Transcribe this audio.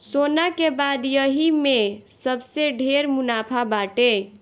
सोना के बाद यही में सबसे ढेर मुनाफा बाटे